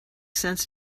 sense